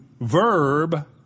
verb